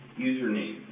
username